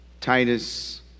Titus